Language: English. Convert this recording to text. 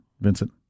Vincent